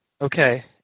Okay